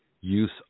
use